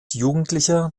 jugendlicher